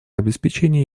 обеспечения